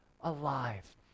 alive